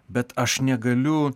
bet aš negaliu